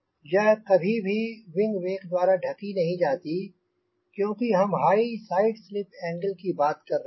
यह कभी भी विंग वेक द्वारा ढकी नहीं जाती क्योंकि हम हाई साइड स्लिप एंगल की बात कर रहे हैं